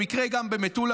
במקרה גם במטולה,